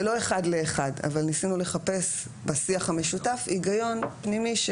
זה לא אחד לאחד אבל ניסינו לחפש בשיח המשותף היגיון פנימי.